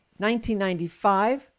1995